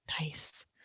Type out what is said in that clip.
Nice